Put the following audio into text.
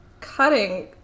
cutting